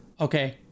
Okay